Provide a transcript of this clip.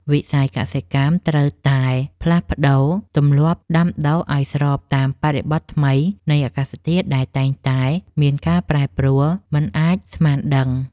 វិស័យកសិកម្មត្រូវតែផ្លាស់ប្តូរទម្លាប់ដាំដុះឱ្យស្របតាមបរិបទថ្មីនៃអាកាសធាតុដែលតែងតែមានការប្រែប្រួលមិនអាចស្មានដឹង។